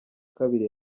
kabiri